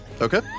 okay